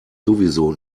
sowieso